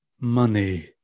money